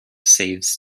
saves